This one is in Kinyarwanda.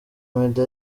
meddy